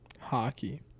Hockey